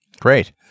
Great